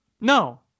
No